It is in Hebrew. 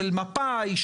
של מפא"י,